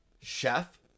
chef